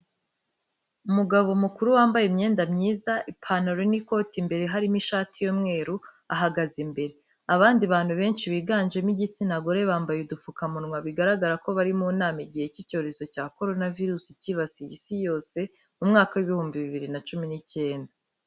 Umugabo mukuru wambaye imyenda myiza, ipantaro n'ikoti, imbere harimo ishati y'umweru, ahagaze imbere. Abandi bantu benshi biganjemo igitsina gore, bambaye udupfukamunwa, bigaragara ko bari mu nama mu gihe cy'icyorezo cya korona virusi cyibasiye isi yose mu mwaka w'ibihumbi bibiri na cumi n'icyenda.